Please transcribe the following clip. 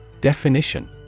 Definition